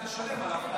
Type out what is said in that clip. הממשלה תשלם על אבטלה.